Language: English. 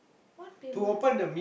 what payment